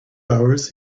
hours